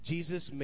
Jesus